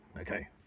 Okay